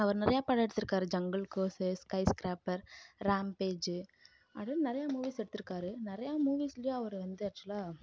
அவர் நிறையா படம் எடுத்திருக்காரு Jungle Cruise Skyscraper Rampage அப்டின்னு நிறையா மூவிஸ் எடுத்திருக்காரு நிறையா மூவிஸ்லேயும் அவர் வந்து ஆக்சுவலாக